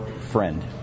friend